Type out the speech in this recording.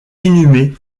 inhumée